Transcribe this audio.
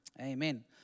Amen